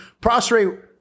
prostrate